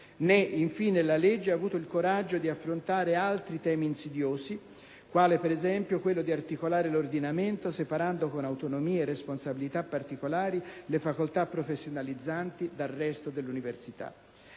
Né, infine, il provvedimento ha avuto il coraggio di affrontare altri temi insidiosi, quale, ad esempio, quello di articolare l'ordinamento separando, con autonomie e responsabilità particolari, le facoltà professionalizzanti dal resto dell'università.